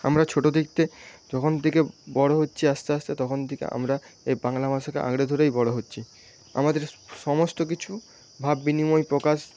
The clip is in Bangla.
আমরা ছোটো যখন থেকে বড়ো হচ্ছি আস্তে আস্তে তখন থেকে আমরা এই বাংলা ভাষাকে আঁকড়ে ধরেই বড়ো হচ্ছি আমাদের সমস্ত কিছু ভাব বিনিময় প্রকাশ